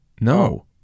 no